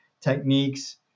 techniques